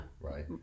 right